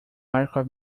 markov